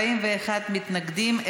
41 מתנגדים,